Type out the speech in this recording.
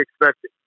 expected